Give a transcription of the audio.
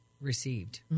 Received